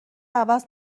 عوض